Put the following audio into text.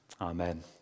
Amen